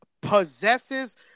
possesses